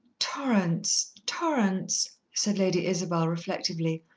torrance torrance? said lady isabel reflectively.